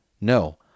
No